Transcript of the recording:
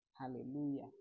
Hallelujah